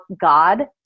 God